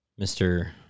Mr